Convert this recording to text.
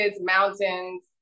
mountains